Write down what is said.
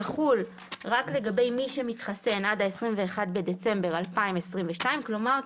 יחול רק לגבי מי שמתחסן עד ה-21 בדצמבר 2022. כלומר,